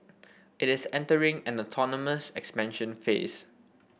it is entering an autonomous expansion phase